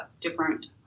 different